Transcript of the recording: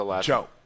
Joe